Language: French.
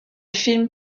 film